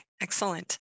excellent